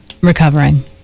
recovering